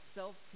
self